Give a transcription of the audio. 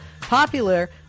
popular